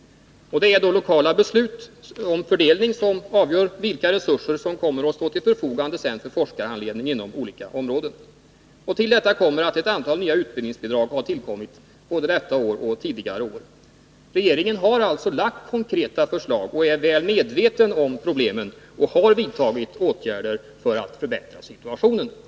Det är då lokala beslut om fördelning som avgör vilka resurser som kommer att stå till förfogande för forskarhandledning inom olika områden. Härtill kommer att ett antal nya utbildningsbidrag har tillförts både detta år och tidigare år. Regeringen har alltså lagt fram konkreta förslag och är medveten om problemen, och man har vidtagit åtgärder för att förbättra situationen.